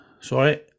sorry